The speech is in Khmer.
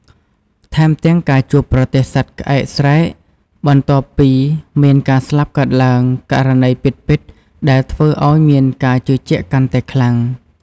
ថែមទាំងការជួបប្រទះសត្វក្អែកស្រែក បន្ទាប់ពីមានការស្លាប់កើតឡើង ករណីពិតៗដែលធ្វើឲ្យមានការជឿជាក់កាន់តែខ្លាំង។